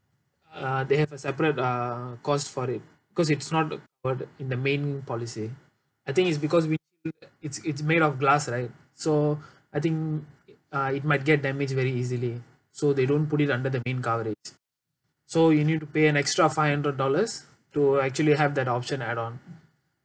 uh they have a separate uh cost for it cause it's not included in the main policy I think it's because windshield it's it's made of glass right so I think it uh it might get damaged very easily so they don't put it under the main coverage so you need to pay an extra five hundred dollars to actually have that option add on